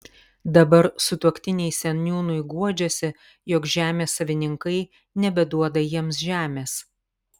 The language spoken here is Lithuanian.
dabar sutuoktiniai seniūnui guodžiasi jog žemės savininkai nebeduoda jiems žemės